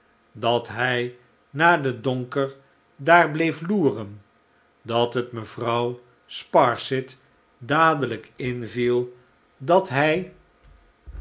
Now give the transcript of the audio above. dat hij na den donker daar bleef loeren dat het mevrouw sparsit dadelijk inviel dat hij